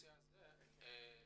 ולאחר מכן